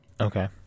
Okay